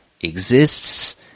exists